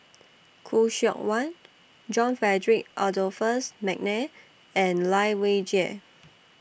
Khoo Seok Wan John Frederick Adolphus Mcnair and Lai Weijie